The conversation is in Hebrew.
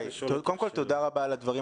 קודם כל תודה רבה על הדברים,